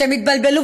שהם התבלבלו,